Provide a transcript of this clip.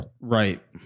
right